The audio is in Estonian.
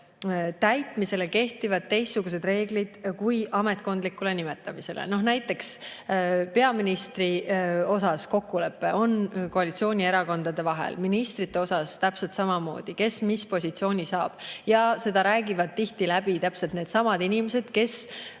täitmisel kehtivad teistsugused reeglid kui ametkondlikul nimetamisel. Näiteks on peaministri puhul kokkulepe koalitsioonierakondade vahel, ministrite puhul täpselt samamoodi, et kes mis positsiooni saab. Seda räägivad tihti läbi täpselt needsamad inimesed, kes